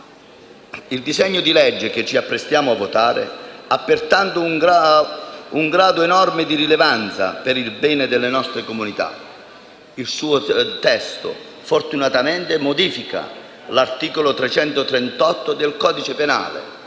Il disegno di legge che ci apprestiamo a votare, è pertanto di enorme rilevanza per il bene delle nostre comunità. Il suo testo fortunatamente modifica l'articolo 338 del codice penale,